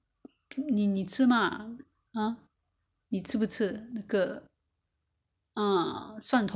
你吃不吃还是你不要放因为 oh 人家是放那个比较香的 leh you must put the garlic so it will be um